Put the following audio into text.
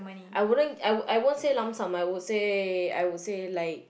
I wouldn't I won't say lump sum I would say I would say like